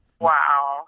Wow